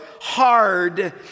hard